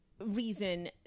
reason